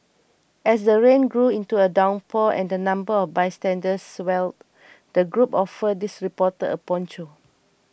as the rain grew into a downpour and the number of bystanders swelled the group offered this reporter a poncho